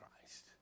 Christ